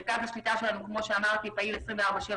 מרכז השליטה שלנו פעיל 24/7,